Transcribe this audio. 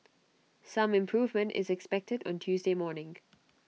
some improvement is expected on Tuesday morning